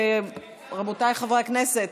רבותיי חברי הכנסת,